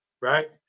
right